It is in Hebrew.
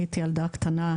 אני הייתי ילדה קטנה,